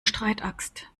streitaxt